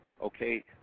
Okay